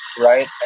right